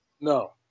No